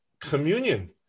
communion